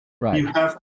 Right